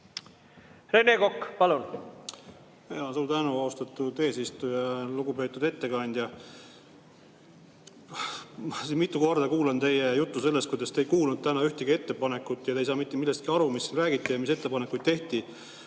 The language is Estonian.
Rene Kokk, palun!